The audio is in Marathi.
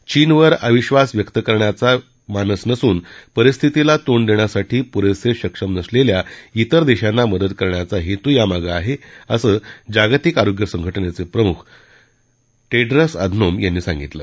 चीनवर अविधास व्यक्त करण्याचा मानस नसून परिस्थितीला तोंड देण्यासाठी पुरेसे सक्षम नसलेल्या इतर देशांना मदत करण्याचा हेतू यामागे आहे असं जागतिक आरोग्य संघा िचे प्रमुख िक्रूस अधनोम यांनी सांगितलं